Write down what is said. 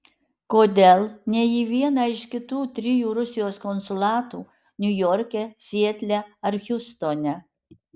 kodėl ne į vieną iš kitų trijų rusijos konsulatų niujorke sietle ar hjustone